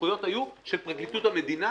הסמכויות היו של פרקליטות המדינה,